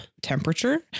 temperature